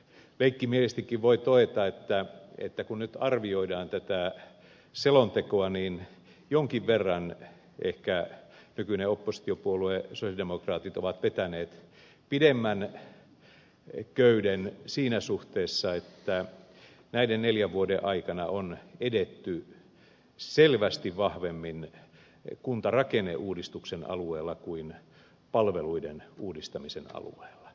ehkä leikkimielisestikin voi todeta että kun nyt arvioidaan tätä selontekoa niin jonkin verran ehkä nykyinen oppositiopuolue sosialidemokraatit on vetänyt pidemmän korren siinä suhteessa että näiden neljän vuoden aikana on edetty selvästi vahvemmin kuntarakenneuudistuksen alueella kuin palveluiden uudistamisen alueella